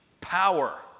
Power